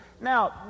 Now